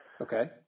Okay